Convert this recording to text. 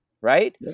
right